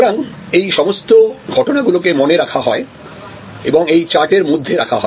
সুতরাং এই সমস্ত ঘটনাগুলোকে মনে রাখা হয় এবং এই চার্ট এর মধ্যে রাখা হয়